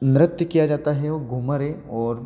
नृत्य किया जाता है वो घूमर है और